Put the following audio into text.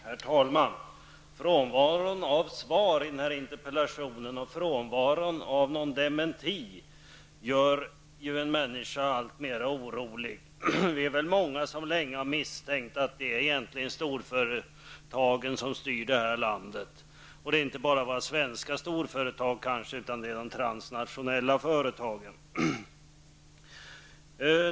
Herr talman! Frånvaron av svar i denna interpellationsdebatt och frånvaron av någon dementi gör ju en människa alltmera orolig. Vi är väl många som länge misstänkt att det egentligen är storföretag som styr detta land, inte bara svenska storföretag, utan transnationella företag.